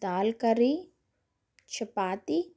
dal curry chapati